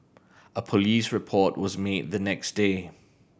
a police report was made the next day